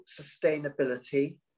sustainability